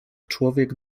człowiek